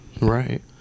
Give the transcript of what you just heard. Right